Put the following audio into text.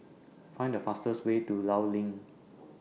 Find The fastest Way to law LINK